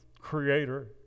creator